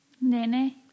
Nene